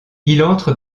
entre